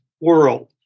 world